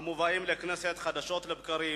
המובאים לכנסת חדשות לבקרים,